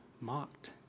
mocked